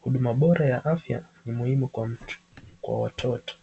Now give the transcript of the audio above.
huduma Bora ya afya ni muhimu Kwa mtu Kwa watoto.